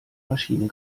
maschine